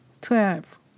Twelve